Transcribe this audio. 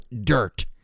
dirt